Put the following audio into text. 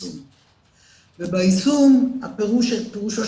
יש בעיה ביישום וביישום הרשויות